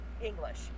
English